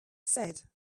said